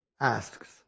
asks